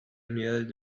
unidades